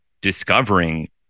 discovering